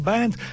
Band